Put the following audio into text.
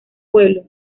pueblo